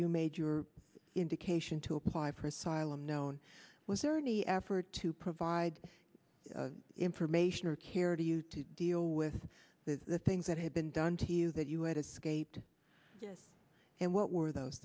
you made your indication to apply for asylum known was there any effort to provide information or care to you to deal with the things that had been done to you that you had escaped and what were those